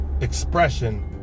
expression